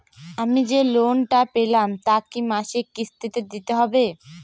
আমি যে লোন টা পেলাম তা কি মাসিক কিস্তি তে দিতে হবে?